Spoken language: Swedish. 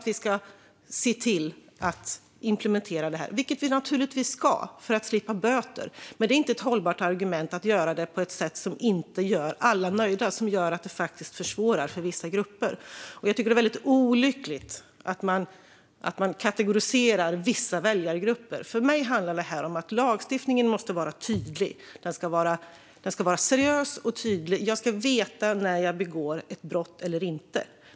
Vi ska se till att implementera detta, vilket vi naturligtvis ska för att slippa böter. Men det är inte ett hållbart argument för att göra det på ett sätt som inte gör alla nöjda och som försvårar för vissa grupper. Det är väldigt olyckligt att man kategoriserar vissa väljargrupper. För mig handlar det om att lagstiftningen måste vara tydlig. Den ska vara seriös och tydlig. Jag ska veta när jag begår ett brott eller inte.